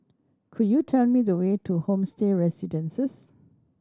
could you tell me the way to Homestay Residences